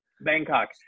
bangkok